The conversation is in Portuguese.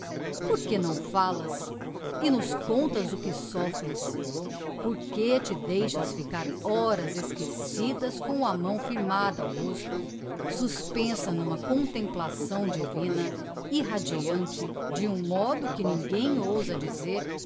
porque não fallas e nos contas o que soffres porque te deixas ficar horas esquecidas com a mão firmada ao rosto suspensa n'uma contemplação divina irradiante de um modo que ninguem ousa dizer